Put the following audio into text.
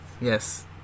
yes